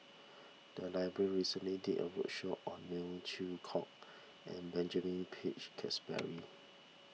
the library recently did a roadshow on Neo Chwee Kok and Benjamin Peach Keasberry